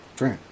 Right